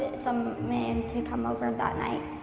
some man to come over and that night.